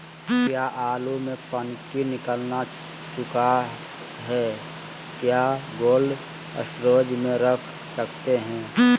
क्या आलु में पनकी निकला चुका हा क्या कोल्ड स्टोरेज में रख सकते हैं?